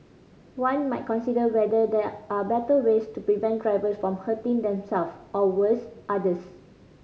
one might consider whether there are better ways to prevent drivers from hurting themselves or worse others